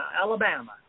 Alabama